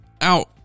out